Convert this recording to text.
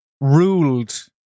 ruled